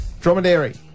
Dromedary